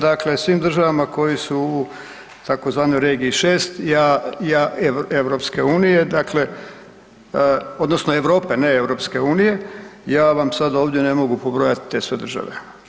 Dakle, svim državama koje su u tzv. regiji 6 EU dakle odnosno Europe ne EU, ja vam sada ovdje ne mogu pobrojati te sve države.